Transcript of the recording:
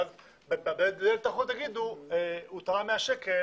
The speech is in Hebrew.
ואז בדלת האחורית יגידו: הוא תרם 100 שקל